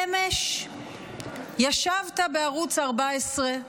אמש ישבת בערוץ 14,